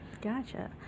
gotcha